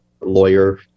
lawyer